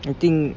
I think